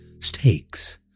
steaks